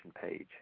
page